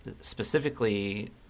specifically